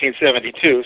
1972